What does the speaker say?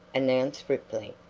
announced ripley,